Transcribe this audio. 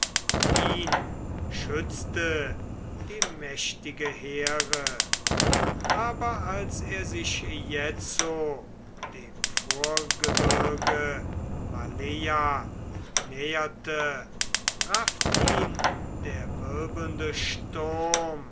ihn schützte die mächtige here aber als er sich jetzo dem vorgebirge maleia näherte rafft ihn der wirbelnde sturm